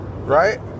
right